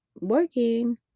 working